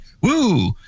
woo